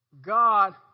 God